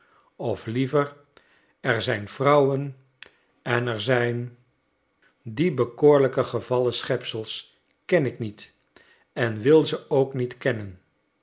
of liever er zijn vrouwen en er zijn die bekoorlijke gevallen schepsels ken ik niet en wil ze ook niet kennen